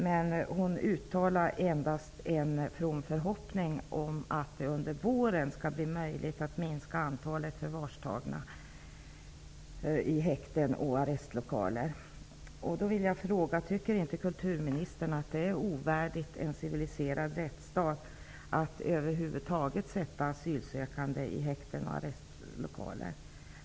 Men hon uttalade endast en from förhoppning om att det under våren skall bli möjligt att minska antalet förvarstagna i häkten och arrestlokaler. Tycker inte kulturministern att det är ovärdigt en civiliserad rättsstat att över huvud taget sätta asylsökande i häkten och arrestlokaler?